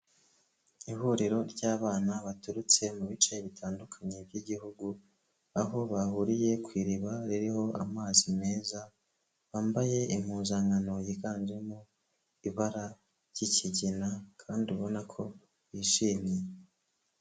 Ihuriro ry'abana baturutse mu bice bitandukanye by'igihugu, aho bahuriye ku iriba ririho amazi meza, bambaye impuzankano yiganjemo ibara ry'ikigina kandi ubona ko bishimye.